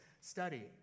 study